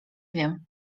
wiem